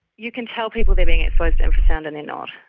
you can tell people they're being exposed to infrasound and they're not.